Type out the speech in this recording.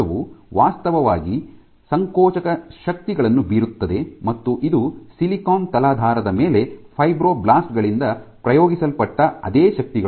ಕೋಶವು ವಾಸ್ತವವಾಗಿ ಸಂಕೋಚಕ ಶಕ್ತಿಗಳನ್ನು ಬೀರುತ್ತದೆ ಮತ್ತು ಇದು ಸಿಲಿಕಾನ್ ತಲಾಧಾರದ ಮೇಲೆ ಫೈಬ್ರೊಬ್ಲಾಸ್ಟ್ ಗಳಿಂದ ಪ್ರಯೋಗಿಸಲ್ಪಟ್ಟ ಅದೇ ಶಕ್ತಿಗಳು